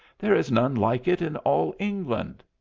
there is none like it in all england.